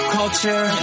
culture